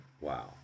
Wow